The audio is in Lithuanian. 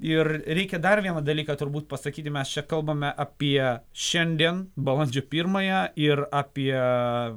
ir reikia dar vieną dalyką turbūt pasakyti mes čia kalbame apie šiandien balandžio pirmąją ir apie